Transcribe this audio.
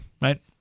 right